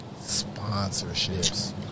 sponsorships